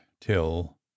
till